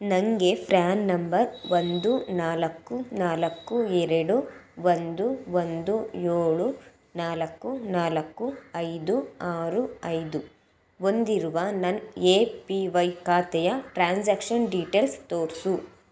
ನನಗೆ ಫ್ರ್ಯಾನ್ ನಂಬರ್ ಒಂದು ನಾಲ್ಕು ನಾಲ್ಕು ಎರಡು ಒಂದು ಒಂದು ಏಳು ನಾಲ್ಕು ನಾಲ್ಕು ಐದು ಆರು ಐದು ಹೊಂದಿರುವ ನನ್ನ ಎ ಪಿ ವೈ ಖಾತೆಯ ಟ್ರಾನ್ಸಾಕ್ಷನ್ ಡೀಟೇಲ್ಸ್ ತೋರಿಸು